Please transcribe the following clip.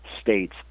states